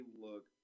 look